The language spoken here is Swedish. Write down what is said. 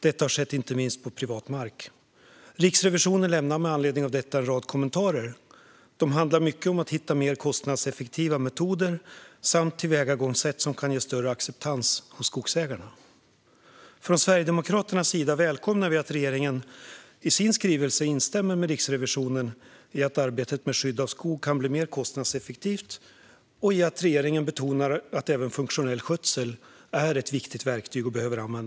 Detta har inte minst skett på privat mark. Riksrevisionen lämnar med anledning av detta en rad kommentarer. De handlar mycket om att hitta mer kostnadseffektiva metoder och tillvägagångssätt som kan ge större acceptans hos skogsägarna. Från Sverigedemokraternas sida välkomnar vi att regeringen i sin skrivelse instämmer med Riksrevisionen i att arbetet med skydd av skog kan bli mer kostnadseffektivt och att även funktionell skötsel är ett viktigt verktyg.